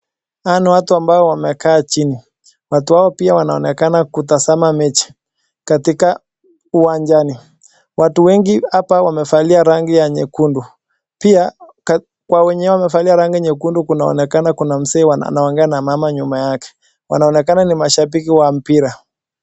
Hawa ni watu ambao wamekaa chini. Watu hawa wanaonekana pia kutazama mechi katika uwanjani. Watu wengi hapa wamevalia rangi ya nyekundu. Pia kuna wenye wamevalia nyekundu inaonekana kuna anayeongea na mama nyuma yake, wanaonekana ni mashabiki wa mpira.